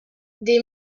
des